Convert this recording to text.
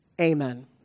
amen